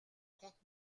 comptes